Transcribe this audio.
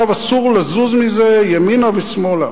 עכשיו אסור לזוז מזה ימינה ושמאלה.